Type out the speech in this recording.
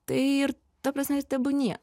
tai ir ta prasme ir tebūnie